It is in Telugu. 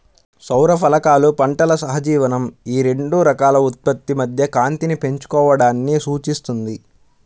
సౌర ఫలకాలు పంటల సహజీవనం ఈ రెండు రకాల ఉత్పత్తి మధ్య కాంతిని పంచుకోవడాన్ని సూచిస్తుంది